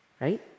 right